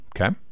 Okay